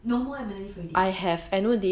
no more annual leave already